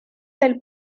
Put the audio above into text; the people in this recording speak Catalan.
del